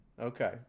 Okay